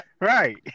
Right